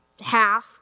half